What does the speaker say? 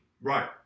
Right